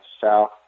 south